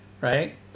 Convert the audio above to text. right